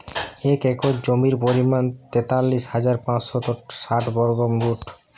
এক একর জমির পরিমাণ তেতাল্লিশ হাজার পাঁচশত ষাট বর্গফুট